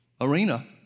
arena